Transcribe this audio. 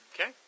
Okay